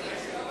התשס"ח 2008,